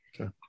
okay